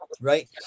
Right